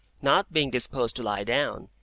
not being disposed to lie down,